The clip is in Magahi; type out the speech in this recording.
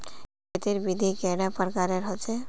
खेत तेर विधि कैडा प्रकारेर होचे?